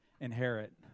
inherit